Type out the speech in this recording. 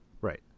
Right